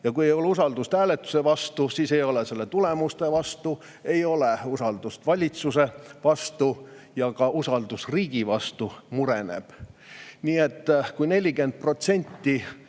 Kui ei ole usaldust hääletuse vastu, siis ei ole usaldust selle tulemuste vastu, ei ole usaldust valitsuse vastu ja ka usaldus riigi vastu mureneb. Nii et kui 40%